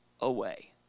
away